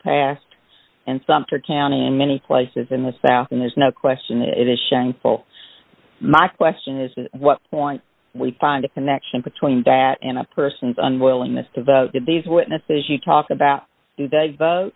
past and sumter county in many places in the south and there's no question it is shameful my question is what point we find a connection between that and a person's unwillingness to get these witnesses you talk about